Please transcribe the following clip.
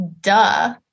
duh